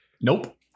Nope